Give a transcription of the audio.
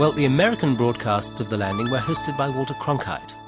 the the american broadcasts of the landing were hosted by walter cronkite.